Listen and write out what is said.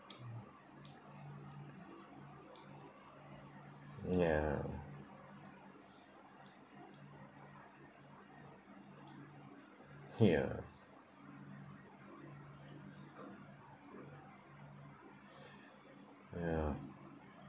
ya ya ya